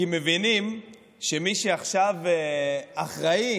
כי מבינים שמי שעכשיו אחראי